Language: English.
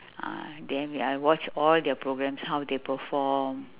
ah then I watch all their programs how they perform